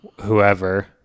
whoever